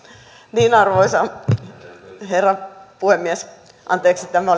arvoisa puhemies tämä